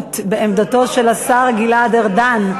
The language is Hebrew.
בטעות בעמדתו של השר גלעד ארדן.